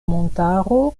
montaro